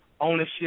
ownership